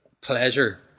pleasure